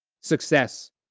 Success